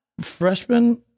freshman